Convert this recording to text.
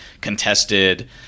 contested